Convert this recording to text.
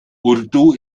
urdu